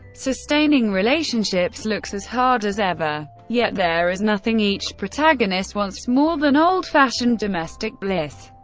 sustaining relationships looks as hard as ever. yet there is nothing each protagonist wants more than old-fashioned domestic bliss.